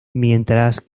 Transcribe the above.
mientras